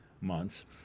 months